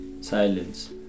Silence